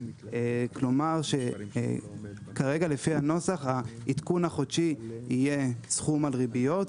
כלומר שכרגע לפי הנוסח העדכון החודשי יהיה סכום על ריביות,